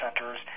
centers